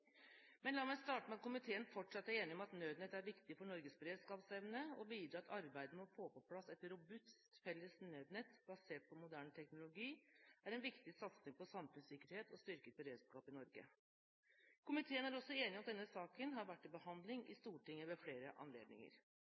Men la meg starte med å si at komiteen fortsatt er enig om at Nødnett er viktig for Norges beredskapsevne. Videre at arbeidet med å få på plass et robust, felles Nødnett basert på moderne teknologi er en viktig satsing på samfunnssikkerhet og styrket beredskap i Norge. Komiteen er også enig i at denne saken har vært til behandling i Stortinget ved flere anledninger,